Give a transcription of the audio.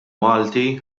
malti